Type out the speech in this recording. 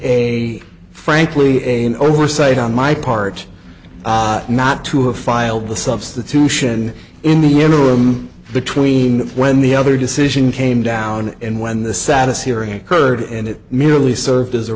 a frankly a an oversight on my part not to have filed the substitution in the interim between when the other decision came down and when the sadness hearing occurred and it merely served as a